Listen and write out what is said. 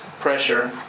pressure